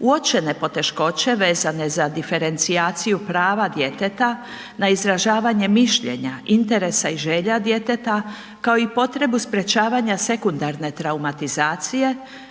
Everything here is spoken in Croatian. uočene poteškoće vezane za diferencijaciju prava djeteta na izražavanje mišljenja, interesa i želja djeteta kao i potrebu sprečavanja sekundarne traumatizacije